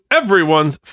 everyone's